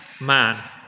man